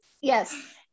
Yes